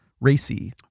Racy